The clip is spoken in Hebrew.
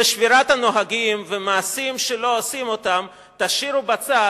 ושבירת הנהגים ומעשים שלא עושים אותם תשאירו בצד,